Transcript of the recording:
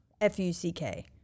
F-U-C-K